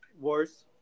worse